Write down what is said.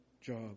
job